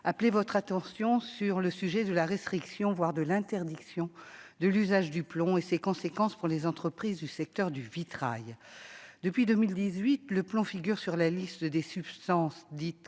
appeler votre attention sur le sujet de la restriction, voire de l'interdiction de l'usage du plomb et ses conséquences pour les entreprises du secteur du vitrail depuis 2018 le plan figure sur la liste des substances dites